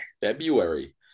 February